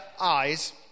eyes